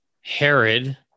Herod